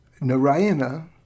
narayana